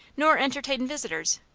nor entertained visitors,